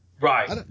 Right